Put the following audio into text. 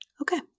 Okay